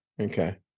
Okay